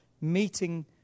meeting